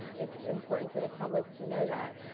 it's important for the public to know that.